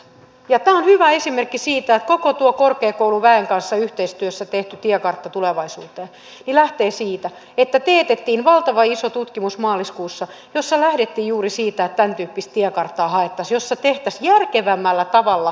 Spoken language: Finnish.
tämä on hyvä esimerkki siitä että koko tuo korkeakouluväen kanssa yhteistyössä tehty tiekartta tulevaisuuteen lähtee siitä että teetettiin maaliskuussa valtavan iso tutkimus jossa lähdettiin juuri siitä että tämäntyyppistä tiekarttaa haettaisiin jossa tehtäisiin järkevämmällä tavalla tätä tehostamistyötä